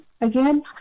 again